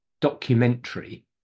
documentary